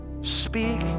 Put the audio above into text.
Speak